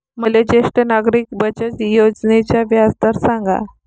मले ज्येष्ठ नागरिक बचत योजनेचा व्याजदर सांगा